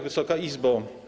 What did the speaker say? Wysoka Izbo!